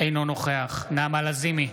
אינו נוכח נעמה לזימי,